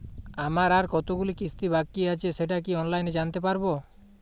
আমার আর কতগুলি কিস্তি বাকী আছে সেটা কি অনলাইনে জানতে পারব?